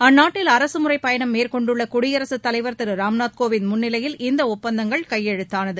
அந்நாட்டில் அரசுமுறை பயணம் மேற்கொண்டுள்ள குடியரசுத்தலைவா் திரு ராம்நாத் கோவிந்த் முன்னிலையில் இந்த ஒப்பந்தங்கள் கையெழுத்தானது